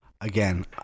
Again